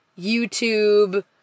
YouTube